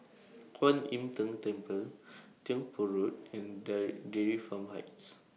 Kwan Im Tng Temple Tiong Poh Road and De Dairy Farm Heights